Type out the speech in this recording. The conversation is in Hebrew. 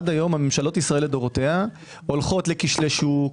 עד היום הממשלות לדורותיהן הולכות לכשלי שוק,